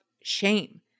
shame